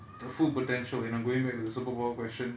the full potential and I'm going back to the superpower question